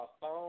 phone